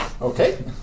Okay